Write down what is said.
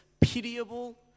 pitiable